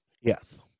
Yes